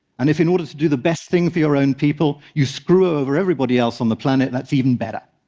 and if in order to do the best thing for your own people, you screw over everybody else on the planet, that's even better.